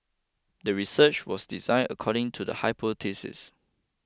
the research was designed according to the hypothesis